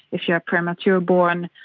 if you are premature born,